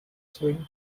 swing